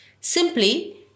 Simply